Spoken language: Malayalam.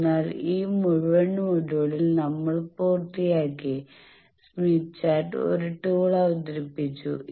അതിനാൽ ഈ മുഴുവൻ മൊഡ്യൂൾ നമ്മൾ പൂർത്തിയാക്കി സ്മിത്ത് ചാർട്ടിൽ ഒരു ടൂൾ അവതരിപ്പിച്ചു